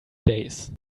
days